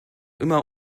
immer